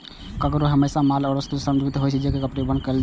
cargo हमेशा माल या वस्तु सं संदर्भित होइ छै, जेकर परिवहन कैल जाइ छै